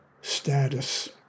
status